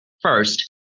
First